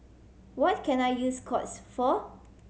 what can I use Scott's for